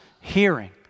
hearing